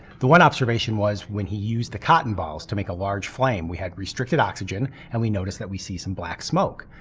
the one observation was when he used the cotton balls to make a large flame we had restricted oxygen and we noticed that we see some black smoke.